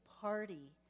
party